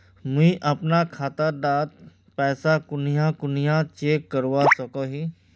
मुई अपना खाता डात पैसा कुनियाँ कुनियाँ चेक करवा सकोहो ही?